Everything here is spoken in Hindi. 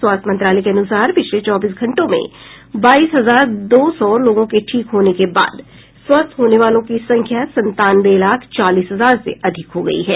स्वास्थ्य मंत्रालय के अुनसार पिछले चौबीस घंटों में बाईस हजार दो सौ लोगों के ठीक होने के बाद स्वस्थ होने वालों की संख्या संतानवे लाख चालीस हजार से अधिक हो गई है